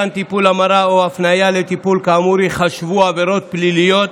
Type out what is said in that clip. מתן טיפול המרה או הפניה לטיפול כאמור ייחשבו עבירות פליליות